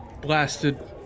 blasted